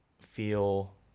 feel